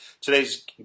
today's